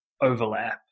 overlap